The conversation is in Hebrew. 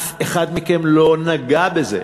אף אחד מכם לא נגע בזה,